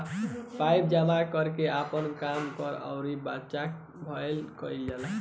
पइसा जमा कर के आपन काम, घर अउर बच्चा सभ ला कइल जाला